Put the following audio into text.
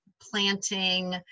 planting